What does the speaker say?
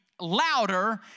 louder